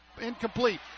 incomplete